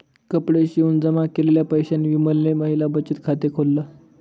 कपडे शिवून जमा केलेल्या पैशांनी विमलने महिला बचत खाते खोल्ल